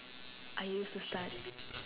I used to start